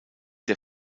der